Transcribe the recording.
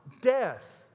Death